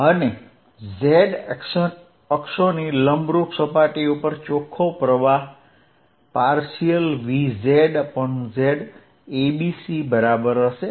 અને z અક્ષોની લંબરૂપ સપાટીઓ ઉપર ચોખ્ખો પ્રવાહ vz∂zabc બરાબર હશે